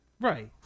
Right